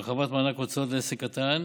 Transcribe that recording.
הרחבת מענק הוצאות לעסק קטן,